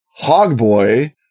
Hogboy